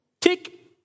Tick